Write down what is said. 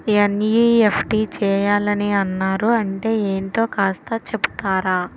NEFT చేయాలని అన్నారు అంటే ఏంటో కాస్త చెపుతారా?